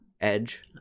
edge